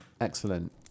Excellent